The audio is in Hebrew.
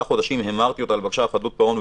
חודשים המרתי אותה לבקשת חדלות פירעון,